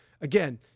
Again